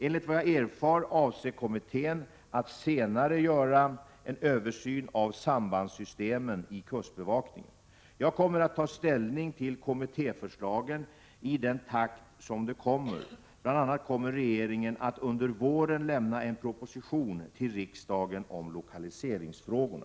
Enligt vad jag erfarit avser kommittén att senare göra en översyn av sambandssystemen i kustbevakningen. Jag kommer att ta ställning till kommittéförslagen i den takt som de kommer, bl.a. kommer regeringen att under våren lämna en proposition till riksdagen om lokaliseringsfrågorna.